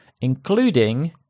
including